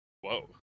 Whoa